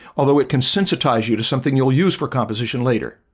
although it can sensitize you to something you'll use for composition. later